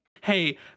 Hey